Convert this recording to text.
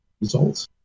results